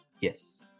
Yes